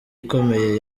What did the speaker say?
ikomeye